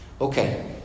Okay